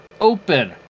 open